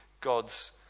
God's